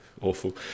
awful